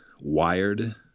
wired